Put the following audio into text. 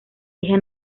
hija